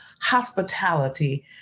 hospitality